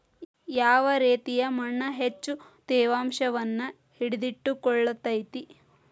ಯಾವ ರೇತಿಯ ಮಣ್ಣ ಹೆಚ್ಚು ತೇವಾಂಶವನ್ನ ಹಿಡಿದಿಟ್ಟುಕೊಳ್ಳತೈತ್ರಿ?